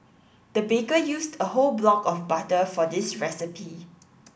the baker used a whole block of butter for this recipe